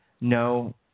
No –